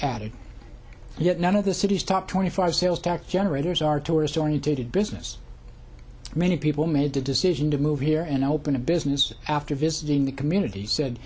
yet none of the city's top twenty five sales tax generators are tourist oriented business many people made the decision to move here and open a business after visiting the community said